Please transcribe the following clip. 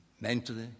mentally